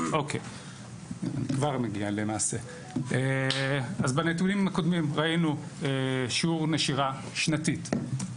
אז בנתונים הקודמים ראינו שיעור נשירה שנתית.